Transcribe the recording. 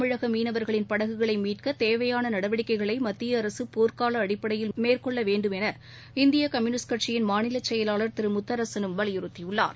தமிழக மீனவர்களின் படகுகளை மீட்க தேவையான நடவடிக்கைகளை மத்திய அரசு போர்க்கால அடிப்படையில் மேற்கொள்ள வேண்டும் என இந்திய கம்யுனிஸ்ட் கட்சியின் மாநில செயலாளர் திரு முத்தரசனும் வலியுறுத்தியுள்ளார்